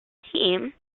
team